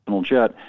jet